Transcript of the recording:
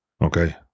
Okay